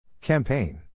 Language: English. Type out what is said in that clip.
Campaign